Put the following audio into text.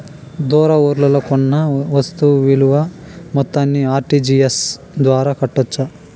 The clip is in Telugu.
దూర ఊర్లలో కొన్న వస్తు విలువ మొత్తాన్ని ఆర్.టి.జి.ఎస్ ద్వారా కట్టొచ్చా?